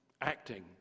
acting